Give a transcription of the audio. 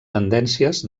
tendències